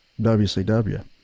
WCW